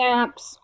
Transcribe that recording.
apps